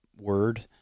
word